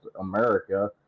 America